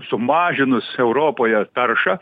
sumažinus europoje taršą